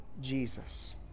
Jesus